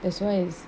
that's why it's